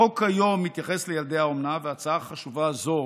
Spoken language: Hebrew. החוק כיום מתייחס לילדי האומנה, וההצעה החשובה הזו